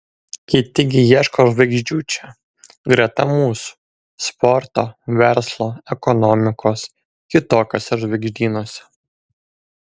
kiti gi ieško žvaigždžių čia greta mūsų sporto verslo ekonomikos kitokiuose žvaigždynuose